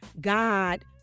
God